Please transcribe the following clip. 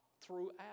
throughout